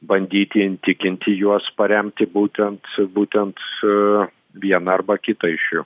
bandyti įtikinti juos paremti būtent būtent vieną arba kitą iš jų